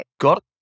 got